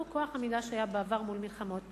כוח עמידה שהיה לנו בעבר מול מלחמות.